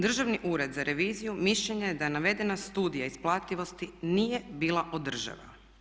Državni ured za reviziju mišljenja je da navedena studija isplativosti nije bila održiva.